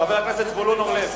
חבר הכנסת זבולון אורלב.